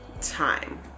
time